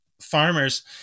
farmers